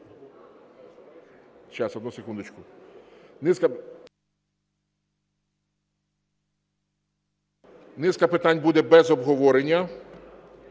Низка питань буде без обговорення,